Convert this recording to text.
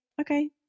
okay